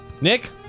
Nick